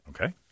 Okay